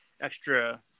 extra